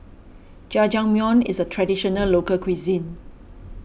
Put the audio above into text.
Jajangmyeon is a Traditional Local Cuisine